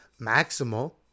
maximal